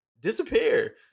disappear